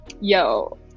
yo